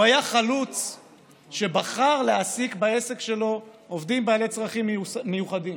הוא היה חלוץ שבחר להעסיק בעסק שלו עובדים בעלי צרכים מיוחדים,